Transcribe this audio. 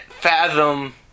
fathom